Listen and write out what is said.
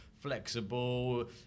flexible